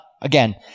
again